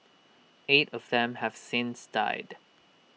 eight of them have since died